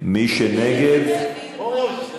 מי שנגד, זה כספים.